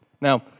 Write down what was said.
Now